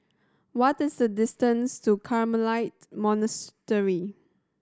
what is the distance to Carmelite Monastery